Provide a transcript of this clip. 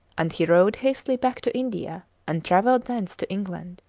and he rode hastily back to india and travelled thence to england.